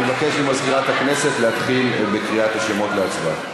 התשע"ה 2015. אני מבקש ממזכירת הכנסת להתחיל בקריאת השמות להצבעה.